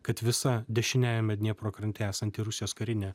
kad visa dešiniajame dniepro krante esanti rusijos karinė